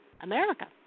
America